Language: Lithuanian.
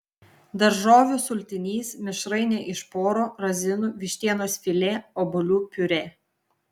daržovių sultinys mišrainė iš poro razinų vištienos filė obuolių piurė